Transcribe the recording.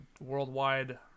worldwide